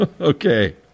Okay